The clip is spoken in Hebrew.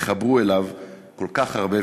התחברו אליו כל כך הרבה,